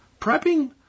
Prepping